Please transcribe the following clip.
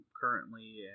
currently